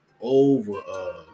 over